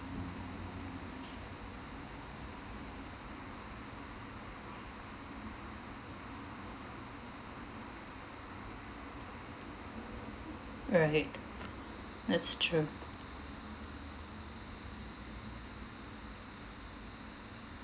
right that's true